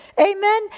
Amen